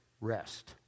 rest